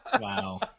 Wow